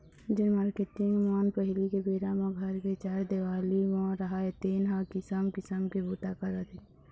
जेन मारकेटिंग मन पहिली के बेरा म घर के चार देवाली म राहय तेन ह किसम किसम के बूता करत हे